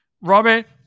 Robert